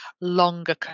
longer